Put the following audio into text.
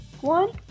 one